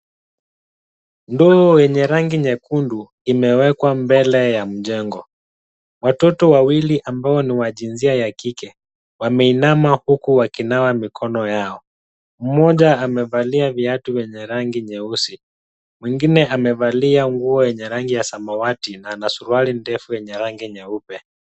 Ndoo yenye rangi nyekundu imewekwa mbele ya mjengo. Watoto wawili ambao ni wa jinsia ya kike, wameinama huku wakinawa mikono yao. Mmoja amevalia viatu vyenye rangi nyeusi, mwingine amevalia nguo yenye rangi ya samawati na ana suruali ndefu yenye rangi nyeupe.